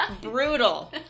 brutal